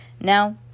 Now